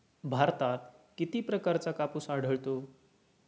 भारतात किती प्रकारचा कापूस आढळतो?